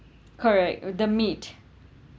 correct oh the meat